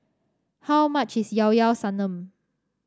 how much is Llao Llao Sanum